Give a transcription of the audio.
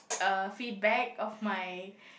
uh feedback of my